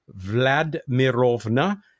Vladmirovna